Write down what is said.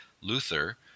Luther